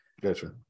Gotcha